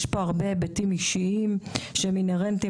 כי יש הרבה היבטים אישיים שהם אינהרנטיים